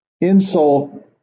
insult